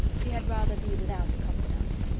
she had rather be without a confidante.